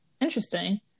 interesting